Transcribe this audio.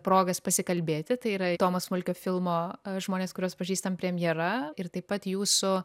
progas pasikalbėti tai yra tomo smulkio filmo žmonės kuriuos pažįstam premjera ir taip pat jūsų